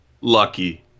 lucky